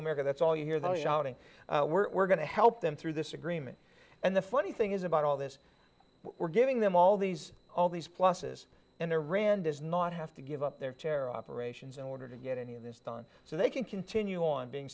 america that's all you hear the downing we're going to help them through this agreement and the funny thing is about all this we're giving them all these all these pluses and iran does not have to give up their terror operations in order to get any of this done so they can continue on being